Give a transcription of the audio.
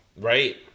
Right